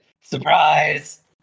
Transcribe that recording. surprise